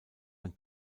ein